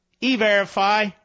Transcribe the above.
e-verify